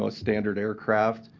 so ah standard aircraft,